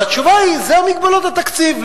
והתשובה היא: מגבלות התקציב.